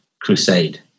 crusade